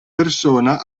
persona